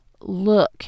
look